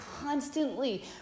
constantly